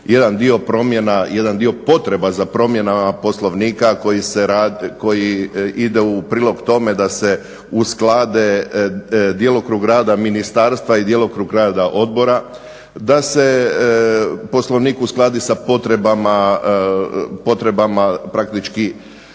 jedan dio potreba za promjenama Poslovnika koji ide u prilog tome da se usklade djelokrug rada ministarstva i djelokrug rada odbora, da se Poslovnik uskladi sa potrebama praktički